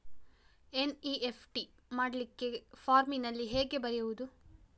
NEFT ಮಾಡ್ಲಿಕ್ಕೆ ಫಾರ್ಮಿನಲ್ಲಿ ಹೇಗೆ ಬರೆಯುವುದು?